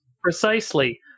precisely